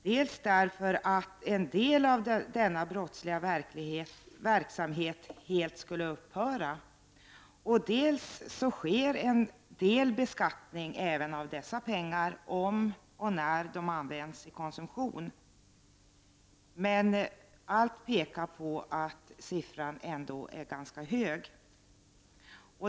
Dels skulle en del av denna brottsliga verksamhet helt upphöra, dels sker en viss beskattning även av dessa pengar om och när de används till konsumtion. Men allt pekar på att siffran ändå är ganska hög.